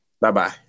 Bye-bye